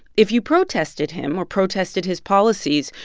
if you protested him or protested his policies,